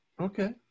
Okay